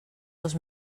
dos